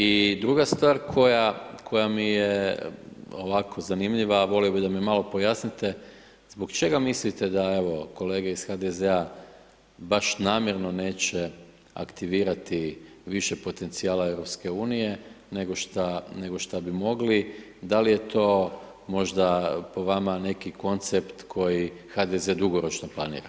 I druga stvar koja, koja mi je ovako zanimljiva, a volio bi da mi malo pojasnite, zbog čega mislite da, evo kolege iz HDZ-a, baš namjerno neće aktivirati više potencijala EU nego šta, nego šta bi mogli, da li je to po vama neki koncept koji HDZ dugoročno planira?